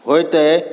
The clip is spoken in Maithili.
होइत अछि